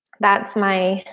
that's my,